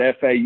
FAU